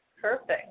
Perfect